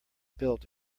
built